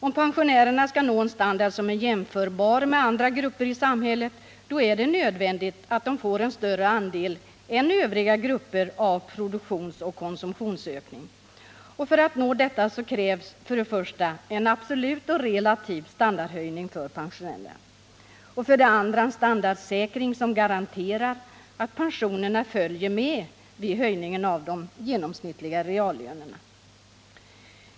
Om pensionärerna skall nå en standard som är jämförbar med standarden för andra grupper i samhället, så är det nödvändigt att de får en större andel än övriga grupper av produktionsoch konsumtionsökning. För att man skall nå detta krävs för det första en absolut och relativ standardhöjning för pensionärerna, och för det andra en standardsäkring som garanterar att pensionerna följer med vid höjningen av de genomsnittliga reallönerna.